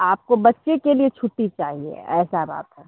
आपको बच्चे के लिए छुट्टी चाहिए ऐसा बात है